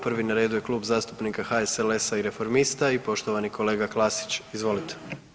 Prvi na redu je Kluba zastupnika HSLS-a i reformista i poštovani kolega Klasić, izvolite.